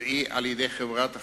טבעי על-ידי חברת החשמל.